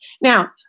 Now